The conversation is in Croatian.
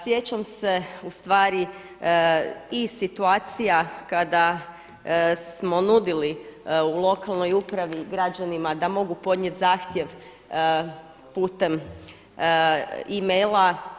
Sjećam se u stvari i situacija kada smo nudili u lokalnoj upravi građanima da mogu podnijet zahtjev putem e-maila.